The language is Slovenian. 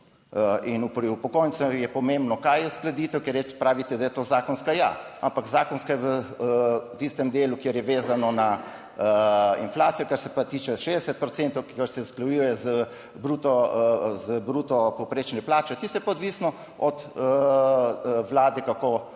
In okoli upokojencem je pomembno, kaj je uskladitev, ker pravite, da je to zakonska. Ja, ampak zakonska v tistem delu, kjer je vezano na inflacijo, kar se pa tiče 60 procentov, kar se usklajuje z bruto povprečne plače, tisto je pa odvisno od vlade, kako